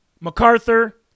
MacArthur